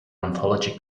anthology